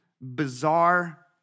bizarre